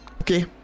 Okay